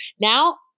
Now